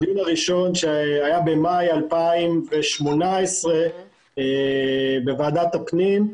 בדיון הראשון שהיה במאי 2018 בוועדת הפנים,